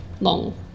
long